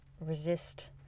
resist